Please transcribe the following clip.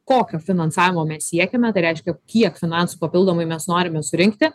kokio finansavimo mes siekiame tai reiškia kiek finansų papildomai mes norime surinkti